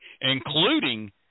including